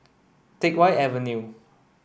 Teck Whye Avenue